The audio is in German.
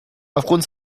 aufgrund